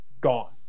gone